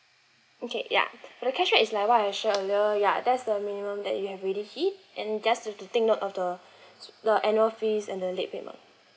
okay ya the cash back is like what I share earlier ya that's the minimum that you have really hit and just to take note of the the annual fees and the late payment